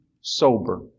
sober